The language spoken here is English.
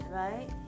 right